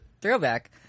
Throwback